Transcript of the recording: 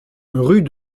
rue